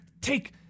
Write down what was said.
take